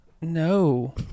No